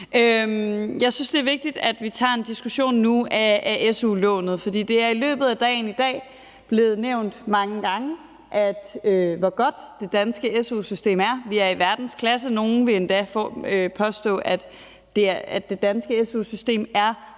Jeg synes, det er vigtigt, at vi tager en diskussion nu af su-lånet, for det er i løbet af dagen i dag blevet nævnt mange gange, hvor godt det danske su-system er, at vi er i verdensklasse, og nogle vil endda påstå, at det danske su-system er